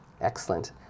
Excellent